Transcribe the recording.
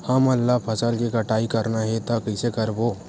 हमन ला फसल के कटाई करना हे त कइसे करबो?